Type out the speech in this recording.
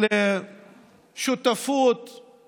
של שותפות, של